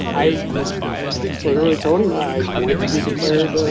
i literally told him i wanted to be declared, ah